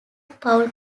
paul